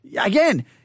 again